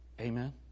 Amen